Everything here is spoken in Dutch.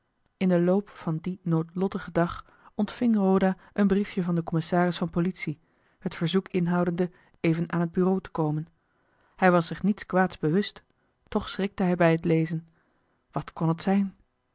in den loop van dien noodlottigen dag ontving roda een briefje van den commissaris van politie het verzoek inhoudende even aan het bureau te komen hij was zich niets kwaads bewust toch schrikte hij bij het lezen wat kon het zijn